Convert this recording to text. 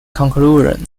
conclusion